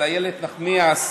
של איילת נחמיאס